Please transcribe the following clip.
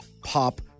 Pop